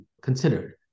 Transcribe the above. considered